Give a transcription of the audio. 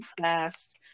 fast